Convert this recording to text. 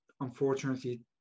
unfortunately